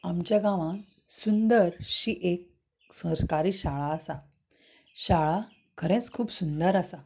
आमच्या गांवांन सुंदर अशी एक सरकारी शाळा आसा शाळा खरेंच खूब सुंदर आसा